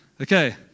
Okay